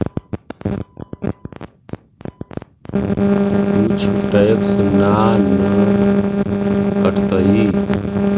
कुछ टैक्स ना न कटतइ?